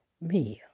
meal